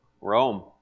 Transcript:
Rome